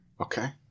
Okay